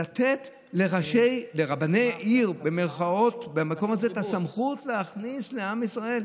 לתת לרבני עיר במקום הזה את הסמכות להכניס לעם ישראל,